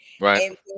Right